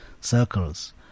circles